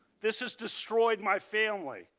this has destroyed my family.